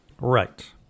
Right